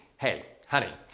hey, honey.